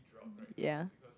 ya